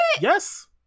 yes